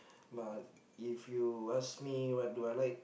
but if you ask me what do I like